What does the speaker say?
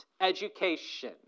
education